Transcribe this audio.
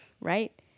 Right